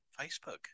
facebook